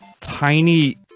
tiny